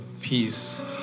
peace